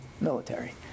military